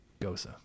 Gosa